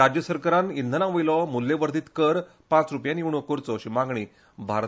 राज्य सरकारन इंधनावेलो मूल्यवर्धित कर पाच रूपयांनी उणो करचो अशी मागणी भा